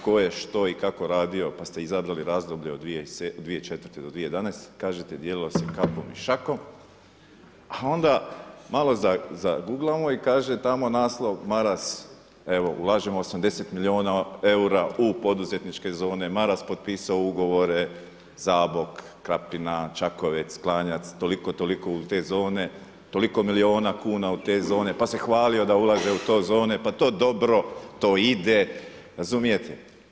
tko je, što i kako radio pa ste izabrali razdoblje od 2004. do 2011., kažete se dijelilo se kapom i šakom, a onda malo zaguglamo i kaže tamo naslov Maras ulažemo 80 milijuna eura u poduzetničke zone, Maras potpisao ugovore Zabok, Krapina, Čakovec, Klanjec, toliko i toliko u te zone, toliko milijuna kuna u zone, pa se hvalio da ulaže u te zone, pa to je dobro, to ide, razumijete?